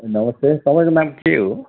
नमस्ते तपाईँको नाम के हो